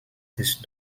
these